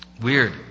Weird